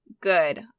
good